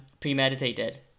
premeditated